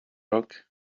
rock